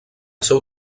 seu